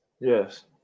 yes